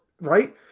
Right